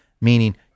meaning